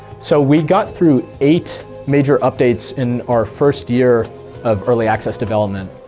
so we got through eight major updates in our first year of early access development.